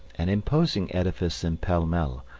an imposing edifice in pall mall,